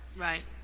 Right